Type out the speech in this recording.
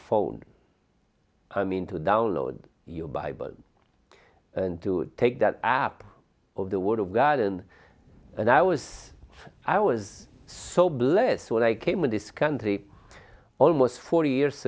phone i mean to download your bible to take that app of the word of god in and i was i was so blessed when i came in this country almost forty years